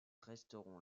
resteront